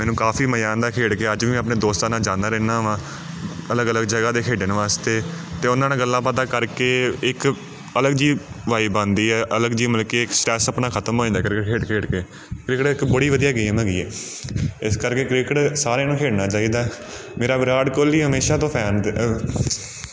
ਮੈਨੂੰ ਕਾਫ਼ੀ ਮਜ਼ਾ ਆਉਂਦਾ ਖੇਡ ਕੇ ਅੱਜ ਵੀ ਮੈਂ ਆਪਣੇ ਦੋਸਤਾਂ ਨਾਲ਼ ਜਾਂਦਾ ਰਹਿੰਦਾ ਵਾ ਅਲੱਗ ਅਲੱਗ ਜਗ੍ਹਾ 'ਤੇ ਖੇਡਣ ਵਾਸਤੇ ਅਤੇ ਉਹਨਾਂ ਨਾਲ਼ ਗੱਲਾਂ ਬਾਤਾਂ ਕਰਕੇ ਇੱਕ ਅਲੱਗ ਜਿਹੀ ਵਾਈਵ ਆਉਂਦੀ ਆ ਅਲੱਗ ਜਿਹੀ ਮਤਲਬ ਕਿ ਇੱਕ ਸਟ੍ਰੈੱਸ ਆਪਣਾ ਖ਼ਤਮ ਹੋ ਜਾਂਦਾ ਕ੍ਰਿਕਟ ਖੇਡ ਖੇਡ ਕੇ ਕ੍ਰਿਕਟ ਇੱਕ ਬੜੀ ਵਧੀਆ ਗੇਮ ਹੈਗੀ ਹੈ ਇਸ ਕਰਕੇ ਕ੍ਰਿਕਟ ਸਾਰਿਆਂ ਨੂੰ ਖੇਡਣਾ ਚਾਹੀਦਾ ਮੇਰਾ ਵਿਰਾਟ ਕੋਹਲੀ ਹਮੇਸ਼ਾ ਤੋਂ ਫੈਨ